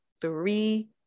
three